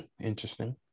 Interesting